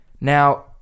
Now